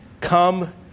come